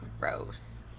Gross